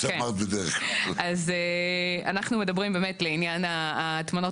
אז אנחנו מדברים באמת לעניין ההטמנות